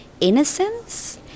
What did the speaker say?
innocence